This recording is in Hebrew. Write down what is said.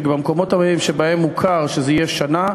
ובמקומות שבהם הוכר שזה יהיה שנה,